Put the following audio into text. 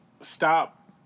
stop